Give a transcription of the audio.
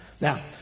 now